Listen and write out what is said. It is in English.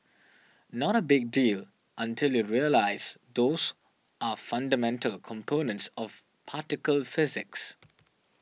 not a big deal until you realise those are fundamental components of particle physics